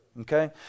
okay